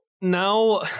now